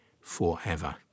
forever